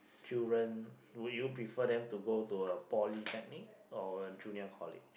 children would you prefer them to go to a polytechnic or a junior college